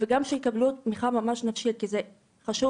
וגם שיקבלו תמיכה נפשית כדי זה חשוב